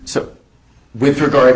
so with regard